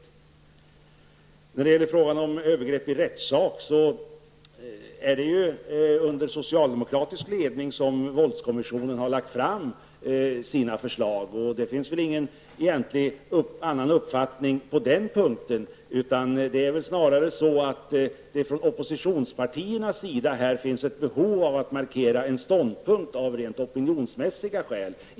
Beträffande frågan om övergrepp i rättssak är det under socialdemokratisk ledning som våldskommissionen har lagt fram sina förslag. Det finns väl egentligen ingen annan uppfattning i den frågan. Det är snarare så att det från oppositionspartiernas sida finns ett behov att markera en ståndpunkt av rent opinionsmässiga skäl.